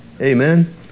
Amen